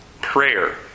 prayer